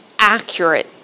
accurate